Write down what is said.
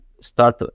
start